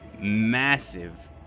massive